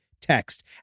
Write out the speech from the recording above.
text